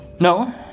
No